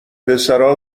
پسرا